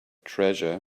treasure